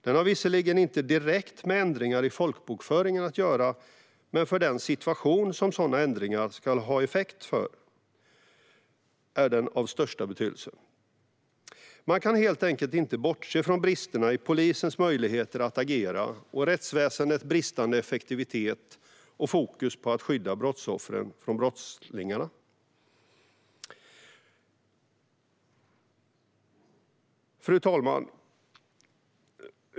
Den har visserligen inte direkt med ändringar i folkbokföringen att göra, men för den situation som sådana ändringar ska ha effekt på är den av största betydelse. Man kan helt enkelt inte bortse från bristerna i polisens möjligheter att agera och rättsväsendets bristande effektivitet och fokus på att skydda brottsoffren från brottslingarna. Fru talman!